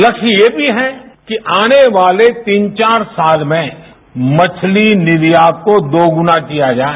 लक्ष्य यह भी है कि आने वाले तीन चार साल में मछली नियांत को दोगुना किया जाए